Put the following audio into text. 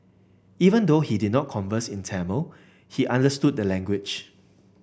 even though he did not converse in Tamil he understood the language